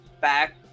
back